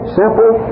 simple